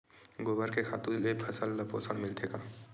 गोबर के खातु से फसल ल पोषण मिलथे का?